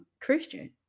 Christian